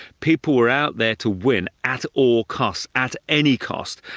people were out there to win, at all cost, at any cost.